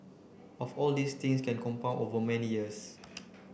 of all these things can compound over many years